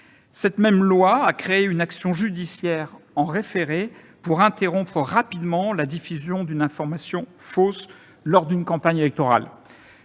Cette même loi a créé une action judiciaire en référé pour interrompre rapidement la diffusion d'une information fausse lors d'une campagne électorale.